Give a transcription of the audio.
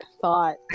thought